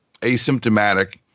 asymptomatic